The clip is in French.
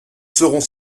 serons